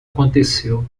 aconteceu